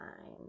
Time